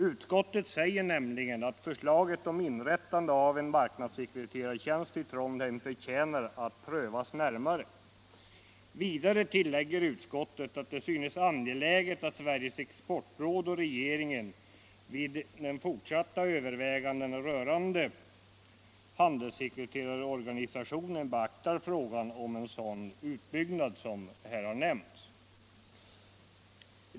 Utskottet säger nämligen: ”Förslaget om inrättande av en marknadssekreterartjänst i Trondheim förtjänar enligt utskottets mening Nr 84 också att prövas närmare.” Därefter säger utskottet att man inte är beredd Onsdagen den att tillstyrka bifall till motionsyrkandena men tillägger: ”Det synes emel 17 mars 1976 lertid angeläget att Sveriges exportråd och regeringen vid de fortsatta I. övervägandena rörande handelssekreterarorganisationen beaktar frågan Sveriges exportråd, om en sådan utbyggnad som här nämnts.” m.m.